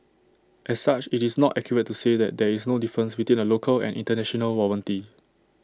as such it's not accurate to say that there is no difference between A local and International warranty